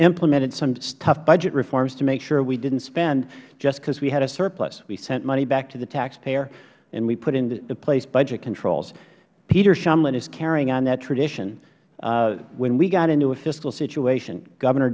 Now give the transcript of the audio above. implemented some tough budget reforms to make sure we didnt spend just because we had a surplus we sent money back to the taxpayer and we put into place budget controls peter shumlin is carrying on that tradition when we got into a fiscal situation governor